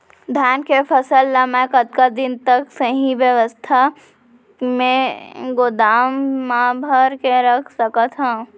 धान के फसल ला मै कतका दिन तक सही अवस्था में गोदाम मा भर के रख सकत हव?